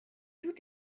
tout